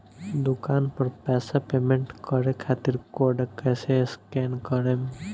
दूकान पर पैसा पेमेंट करे खातिर कोड कैसे स्कैन करेम?